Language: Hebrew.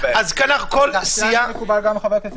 זה מקובל גם על חבר הכנסת קרעי?